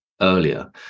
earlier